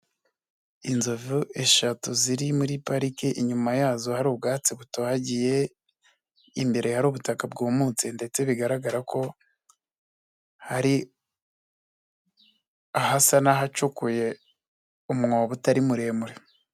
Inzovu eshatu ziri muri pariki, inyuma yazo hari ubwatsi butohagiye, imbere hari ubutaka bwumutse ndetse bigaragara ko hari ahasa n'ahacukuye umwobo utari muremure.